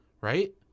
Right